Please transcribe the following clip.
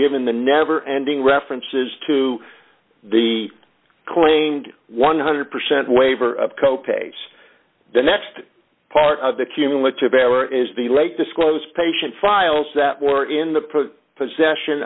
given the never ending references to the clink one hundred percent waiver of co pays the next part of the cumulative error is the lake disclose patient files that were in the possession